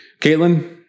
caitlin